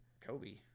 Kobe